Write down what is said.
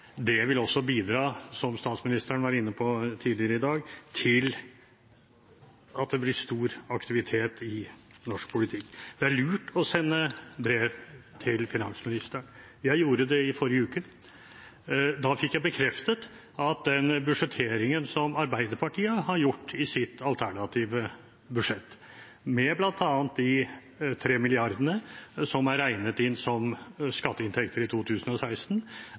også vil bidra til stor aktivitet i norsk politikk, som statsministeren var inne på tidligere i dag. Det er lurt å sende brev til finansministeren. Jeg gjorde det i forrige uke. Da fikk jeg bekreftet at den budsjetteringen som Arbeiderpartiet har gjort i sitt alternative budsjett med bl.a. de tre milliardene som er regnet inn som skatteinntekter i 2016,